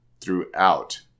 throughout